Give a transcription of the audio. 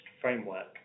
framework